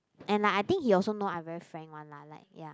and like I think he also know I very frank one lah like ya